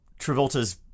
Travolta's